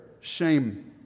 shame